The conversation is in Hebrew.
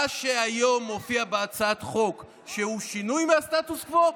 מה שהיום מופיע בהצעת החוק שהוא שינוי מהסטטוס קוו,